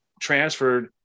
transferred